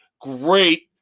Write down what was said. great